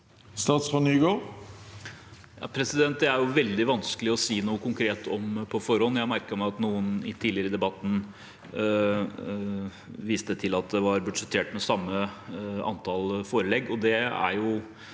Jon-Ivar Nygård Det er veldig vanskelig å si noe konkret om det på forhånd. Jeg merket meg at noen tidligere i debatten viste til at det var budsjettert med samme antall forelegg, og det er